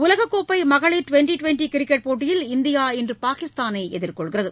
உலகக்கோப்பை மகளிர் twenty twenty cricket போட்டியில் இந்தியா இன்று பாகிஸ்தானை எதிர்கொள்கிறது